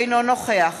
אינו נוכח